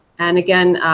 and again,